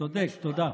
צודק, תודה.